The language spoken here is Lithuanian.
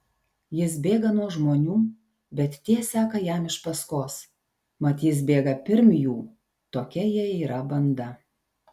jis bėga nuo žmonių bet tie seka jam iš paskos mat jis bėga pirm jų tokia jie yra banda